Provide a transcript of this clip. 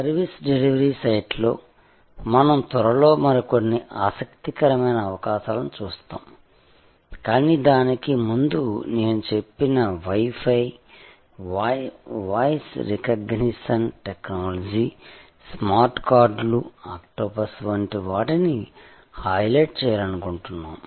service delivery సైట్లో మనం త్వరలో మరికొన్ని ఆసక్తికరమైన అవకాశాలను చూస్తాము కానీ దానికి ముందు నేను చెప్పిన wifi voice recognition technology smart కార్డ్లు ఆక్టోపస్ వంటి వాటిని హైలైట్ చేయాలనుకుంటున్నాము